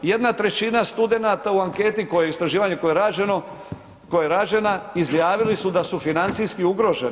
Jedna trećina studenata u anketi koja istraživanje koje je rađeno, koja je rađena, izjavili su da su financijski ugroženi.